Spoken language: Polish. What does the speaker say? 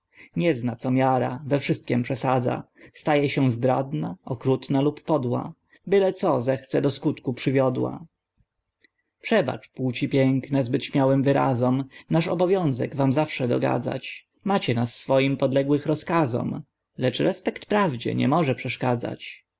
nie zna co miara we wszystkiem przesadza staje się zdradna okrutna lub podła byle co zechce do skutku przywiodła przebacz płci piękna zbyt śmiałym wyrazom nasz obowiązek wam zawsze dogadzać macie nas swoim podległych rozkazom lecz respekt prawdzie nie może przeszkadzać